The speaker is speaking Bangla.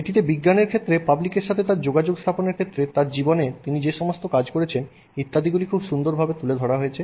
এটিতে বিজ্ঞানের ক্ষেত্রে পাবলিকের তার সাথে সংযোগ স্থাপনের ক্ষেত্রে তাঁর জীবনে তিনি যে সমস্ত কাজ করেছেন ইত্যাদিগুলি সুন্দরভাবে তুলে ধরা হয়েছে